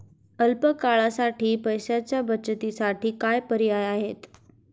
अल्प काळासाठी पैशाच्या बचतीसाठी काय पर्याय आहेत?